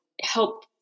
help